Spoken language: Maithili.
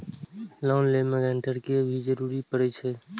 लोन लेबे में ग्रांटर के भी जरूरी परे छै?